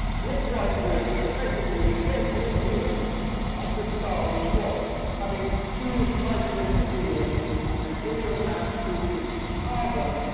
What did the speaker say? and this white dwarf is effectively the dead nucleus of the star which was, having fused hydrogen to helium and then helium perhaps through to carbon,